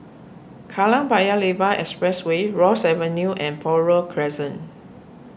Kallang Paya Lebar Expressway Ross Avenue and Buroh Crescent